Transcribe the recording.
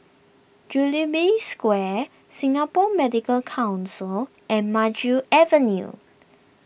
Jubilee Square Singapore Medical Council and Maju Avenue